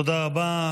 תודה רבה.